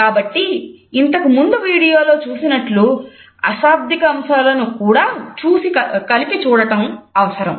కాబట్టి ఇంతకుముందు వీడియో లో చూసినట్టు అశాబ్దిక అంశాలను కూడా కలిపి చూడటం అవసరం